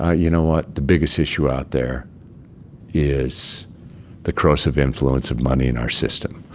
ah you know what? the biggest issue out there is the corrosive influence of money in our system.